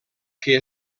que